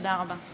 תודה רבה.